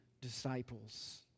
disciples